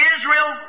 Israel